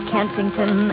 Kensington